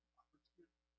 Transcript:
opportunity